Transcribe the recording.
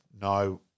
no